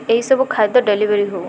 ଏହିସବୁ ଖାଦ୍ୟ ଡେଲିଭରି ହେଉ